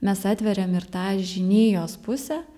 mes atveriam ir tą žinijos pusę